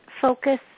focus